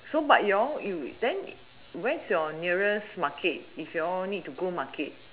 so but you all but then where is your nearest market if you all need to go market